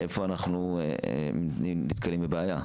איפה אנחנו נתקלים בבעיה?